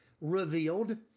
revealed